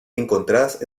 encontradas